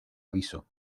aviso